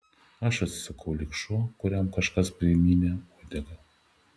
aš atsisukau lyg šuo kuriam kažkas primynė uodegą